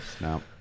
No